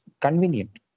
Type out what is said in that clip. convenient